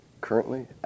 currently